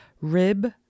Rib